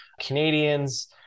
Canadians